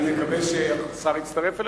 אני אתחיל בדברי, ואני מקווה שהשר יצטרף אלינו.